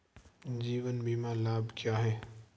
जीवन बीमा लाभ क्या हैं?